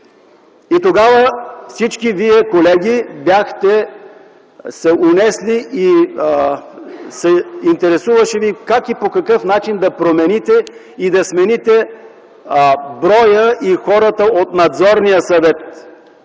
Тогава всички вие, колеги, бяхте се унесли и ви интересуваше как и по какъв начин да промените и да смените броя и хората от Надзорния съвет